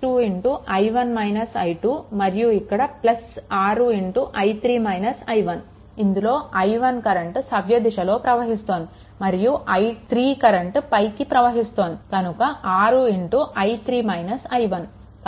2i1 - i2 మరియు ఇక్కడ 6i3 - i1 ఇందులో i1 కరెంట్ సవ్య దిశలో ప్రవహిస్తోంది మరియు i3 కరెంట్ పైకి ప్రవహిస్తోంది కనుక 6i3 - i1